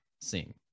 sing